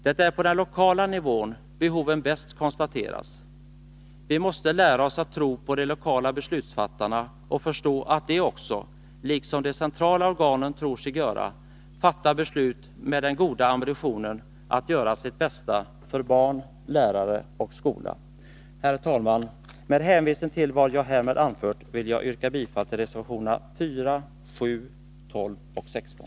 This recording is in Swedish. Det är på den lokala nivån behoven bäst konstateras. Vi måste lära oss att tro på de lokala beslutsfattarna och förstå att de också, liksom de centrala organen tror sig göra, fattar beslut med den goda ambitionen att göra sitt bästa för barn, lärare och skola. Herr talman! Med hänvisning till vad jag härmed anfört vill jag yrka bifall till reservationerna 4, 7, 12 och 16.